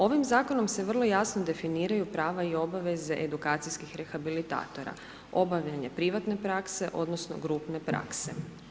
Ovim zakonom se vrlo jasno definiraju prava i obaveze edukacijskih rehabilitatora, obavljanje privatne prakse odnosno grupne prakse.